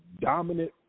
dominant